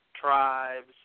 Tribe's